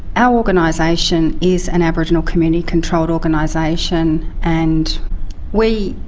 our organisation is an aboriginal community controlled organisation and we,